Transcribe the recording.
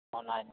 ᱚᱱᱟᱜᱮ